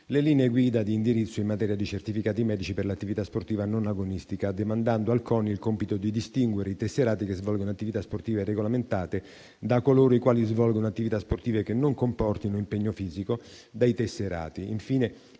le linee guida di indirizzo in materia di certificati medici per l'attività sportiva non agonistica, demandando al CONI il compito di distinguere i tesserati che svolgono attività sportive regolamentate da coloro i quali svolgono attività sportive che non comportino impegno fisico, dai tesserati